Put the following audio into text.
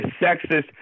sexist